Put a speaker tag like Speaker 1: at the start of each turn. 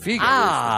Speaker 1: Figa
Speaker 2: Ah!
Speaker 1: questa.